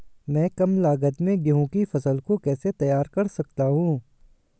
मैं कम लागत में गेहूँ की फसल को कैसे तैयार कर सकता हूँ?